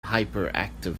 hyperactive